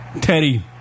Teddy